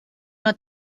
not